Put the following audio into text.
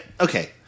okay